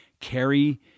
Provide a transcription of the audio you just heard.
carry